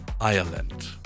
ireland